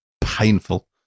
painful